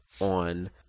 on